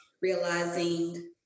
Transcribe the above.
realizing